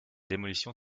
démolition